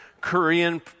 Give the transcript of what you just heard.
Korean